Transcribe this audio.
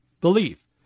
belief